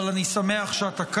אבל אני שמח שאתה כאן,